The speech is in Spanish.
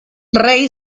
ray